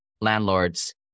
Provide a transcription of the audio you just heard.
landlords